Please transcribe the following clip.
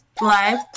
live